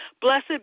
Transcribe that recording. Blessed